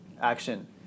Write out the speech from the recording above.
action